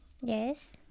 Yes